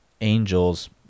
angels